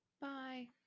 Bye